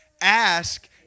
ask